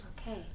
Okay